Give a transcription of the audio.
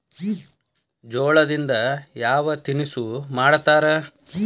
ಜೋಳದಿಂದ ಯಾವ ತಿನಸು ಮಾಡತಾರ?